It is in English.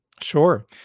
Sure